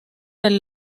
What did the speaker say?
del